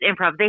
improv